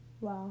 Wow